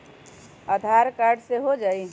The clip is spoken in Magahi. आधार कार्ड से हो जाइ?